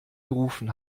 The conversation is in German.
gerufen